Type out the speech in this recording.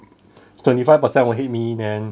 twenty five percent will hate me then